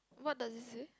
what does it say